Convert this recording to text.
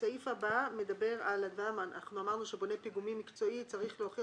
סעיף הבא: אנחנו אמרנו שבונה פיגומים מקצועי צריך להוכיח